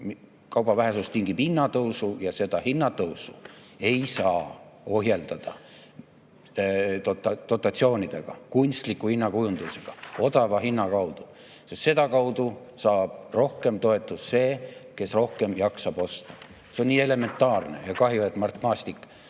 Kauba vähesus tingib hinnatõusu ja seda hinnatõusu ei saa ohjeldada dotatsioonidega, kunstliku hinnakujundusega odava hinna kaudu, sest sedakaudu saab rohkem toetust see, kes jaksab rohkem osta. See on nii elementaarne. Kahju, et Mart Maastik